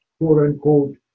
quote-unquote